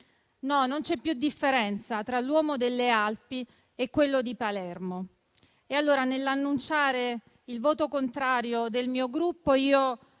No, non c'è più differenza tra l'uomo delle Alpi e quello di Palermo». Nell'annunciare il voto contrario del mio Gruppo, vi